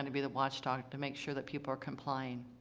and be the watchdog to make sure that people are complying?